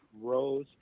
Rose